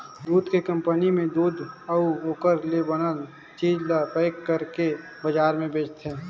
दूद के कंपनी में दूद अउ ओखर ले बनल चीज ल पेक कइरके बजार में बेचथे